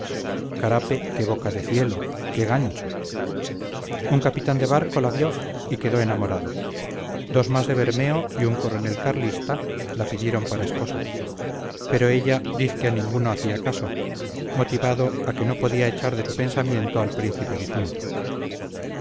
carape qué boca de cielo qué gancho un capitán de barco la vio y quedó enamorado dos más de bermeo y un coronel carlista la pidieron para esposa pero ella diz que a ninguno hacía caso motivado a que no podía echar de su pensamiento al príncipe difunto